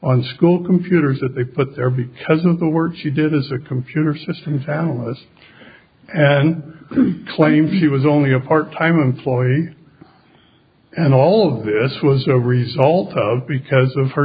on school computers that they put there because of the work you did as a computer systems analyst and claimed he was only a part time employee and all of this was a result of because of her